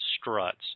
struts